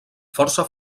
força